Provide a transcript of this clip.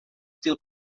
útil